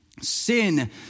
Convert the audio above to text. Sin